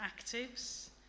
Actives